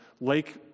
lake